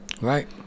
right